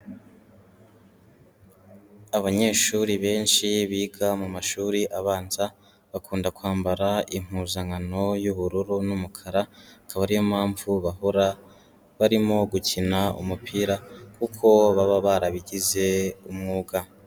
Abanyeshuri benshi biga mu mashuri abanza, bakunda kwambara impuzankano y'ubururu n'umukara, akaba ariyo mpamvu bahora barimo gukina umupira kuko baba barabigize umwuga.